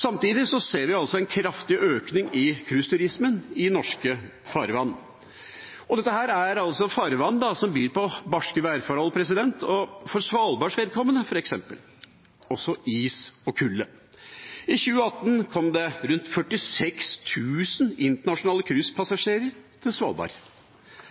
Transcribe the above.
Samtidig ser vi altså en kraftig økning i cruiseturismen i norske farvann. Dette er farvann som byr på barske værforhold, og f.eks. for Svalbards vedkommende også is og kulde. I 2018 kom det rundt 46 000 internasjonale